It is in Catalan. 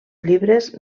llibres